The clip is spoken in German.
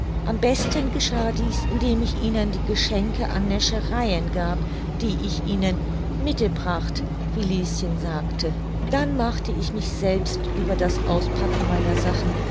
am besten geschah dies indem ich ihnen die geschenke an näschereien gab die ich ihnen mitebracht wie lieschen sagte dann machte ich mich selbst über das auspacken meiner sachen